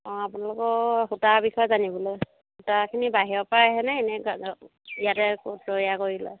অ' আপোনালোকৰ সূতাৰ বিষয়ে জানিবলৈ সূতাখিনি বাহিৰৰ পৰা আহেনে নে ইয়াতে তৈয়াৰ কৰি লয়